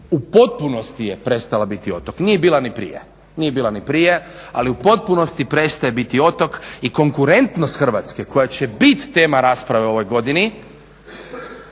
u potpunosti je prestala biti otok. Nije bila ni prije. Nije bila ni prije, ali u potpunosti prestaje biti otok i konkurentnost Hrvatske koja će biti tema rasprave u ovoj godini